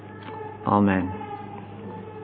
amen